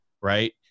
right